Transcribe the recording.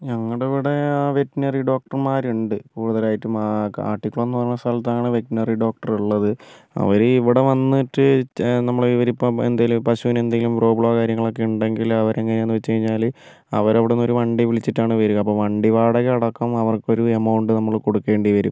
ഞങ്ങടവിടെ veterinary ഡോക്ടർമാരുണ്ട് കൂടുതലായിട്ടും ആ കാട്ടിക്കുളം എന്ന് പറയുന്ന സ്ഥലത്താണ് വെറ്ററിനറി ഡോക്ടർ ഉള്ളത് അവർ ഇവിടെ വന്നിട്ട് നമ്മൾ ഇവരിപ്പം പശുവിന് എന്തെങ്കിലും പ്രോബ്ലോ കാര്യങ്ങളോ ഉണ്ടെങ്കിൽ അവർ എങ്ങനെയാണ് വെച്ച് കഴിഞ്ഞാൽ അവരവിടുന്ന് വണ്ടി വിളിച്ചിട്ടാണ് വരിക അപ്പോൾ വണ്ടി വാടക അടക്കം അവർക്കൊരു എമൗണ്ട് നമ്മൾ കൊടുക്കേണ്ടി വരും